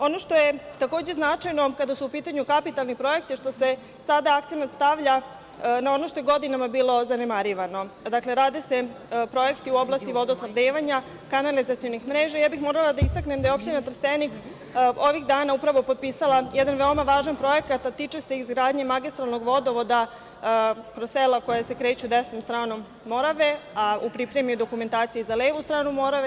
Ono što je takođe značajno kada su u pitanju kapitalni projekti, što se sada akcenat stavlja na ono što je godinama bilo zanemarivano, dakle, rade se projekti u oblasti vodosnabdevanja, kanalizacionih mreža i morala bih da istaknem da je Opština Trstenik ovih dana upravo potpisala jedan veoma važan projekat, a tiče se izgradnje magistralnog vodovoda kroz sela koja se kreću desnom stranom Morave, a u pripremi je dokumentacija i za levu stranu Morave.